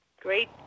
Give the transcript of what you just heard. great